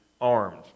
armed